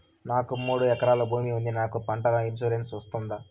నాకు మూడు ఎకరాలు భూమి ఉంది నాకు పంటల ఇన్సూరెన్సు వస్తుందా?